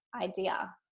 idea